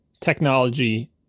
technology